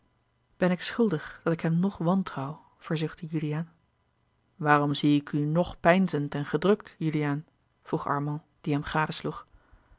ben ik schuldig dat ik hem nog wantrouw verzuchtte juliaan waarom zie ik u nog peinzend en gedrukt juliaan vroeg armand die hem